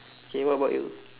K what about you